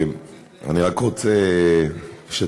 אני רק רוצה, אתה